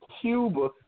Cuba